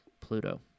Pluto